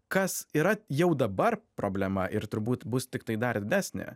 kas yra jau dabar problema ir turbūt bus tiktai dar didesnė